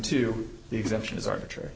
to the exemption is arbitrary